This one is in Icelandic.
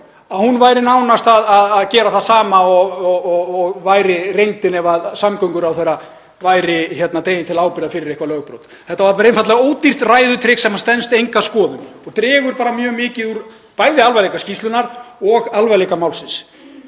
að hún væri nánast að gera það sama og væri reyndin ef samgönguráðherra væri dreginn til ábyrgðar fyrir eitthvert lögbrot. Þetta var einfaldlega ódýrt ræðutrix sem stenst enga skoðun og dregur mjög mikið úr bæði alvarleika skýrslunnar og alvarleika málsins.